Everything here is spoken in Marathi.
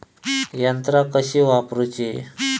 यंत्रा कशी वापरूची?